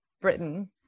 Britain